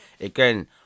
Again